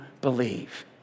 believe